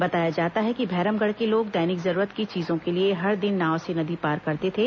बताया जाता है कि भैरमगढ़ के लोग दैनिक जरूरत की चीजों के लिए हर दिन नाव से नदी पार करते थे